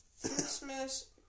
Christmas